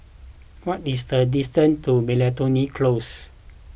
what is the distance to Miltonia Close